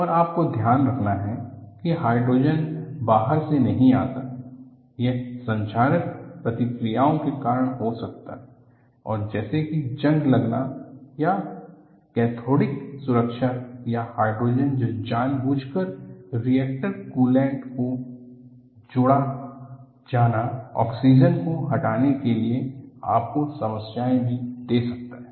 और आपको ध्यान रखना है कि हाइड्रोजन बाहर से नहीं आता है यह संक्षारक प्रतिक्रियाओं के कारण हो सकता है जैसे कि जंग लगना या कैथोडिक सुरक्षा या हाइड्रोजन जो जानबूझकर रिएक्टर कूलेंट में जोड़ा जाना ऑक्सीजन को हटाने के लिए आपको समस्याएं भी दे सकता है